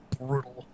brutal